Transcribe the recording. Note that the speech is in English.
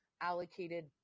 allocated